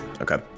Okay